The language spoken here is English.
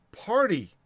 party